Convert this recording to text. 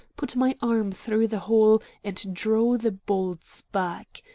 put my arm through the hole, and draw the bolts back.